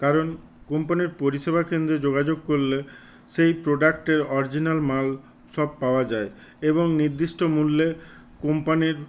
কারণ কোম্পানির পরিষেবা কেন্দ্রে যোগাযোগ করলে সেই প্রোডাক্টের অরিজিনাল মাল সব পাওয়া যায় এবং নির্দিষ্ট মূল্যে কোম্পানির